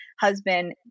husband